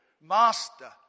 master